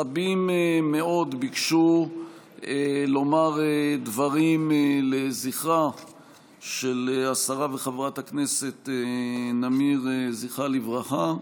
רבים מאוד ביקשו לומר דברים לזכרה של השרה וחברת הכנסת נמיר זכרה לברכה,